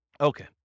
Okay